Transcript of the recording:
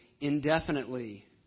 indefinitely